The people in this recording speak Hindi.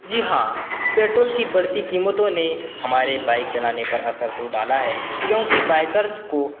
जी हाँ पेट्रोल की बढ़ती कीमतों ने हमारे बाइक चलाने पर असर तो डाला हैं क्योंकि बाइकर्स को